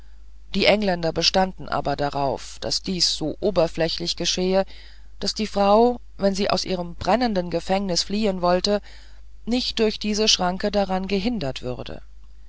die engländer bestanden aber darauf daß dies so oberflächlich geschehe daß die frau wenn sie aus ihrem brennenden gefängnis entfliehen wollte nicht durch diese schranke daran gehindert würde